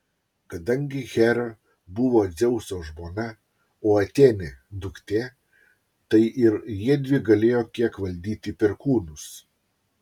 kadangi hera buvo dzeuso žmona o atėnė duktė tai ir jiedvi galėjo kiek valdyti perkūnus